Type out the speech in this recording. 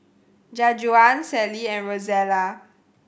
Jajuan Sallie and Rozella